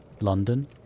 London